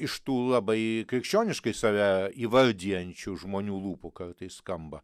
iš tų labai krikščioniškai save įvardijančių žmonių lūpų kartais skamba